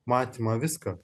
matymą viską